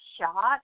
shot